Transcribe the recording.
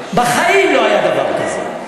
בחיים לא היה דבר כזה.